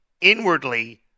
Inwardly